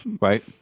right